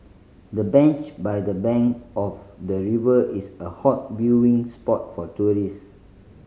the bench by the bank of the river is a hot viewing spot for tourists